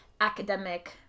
academic